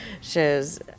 shows